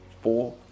four